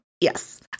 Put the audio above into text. Yes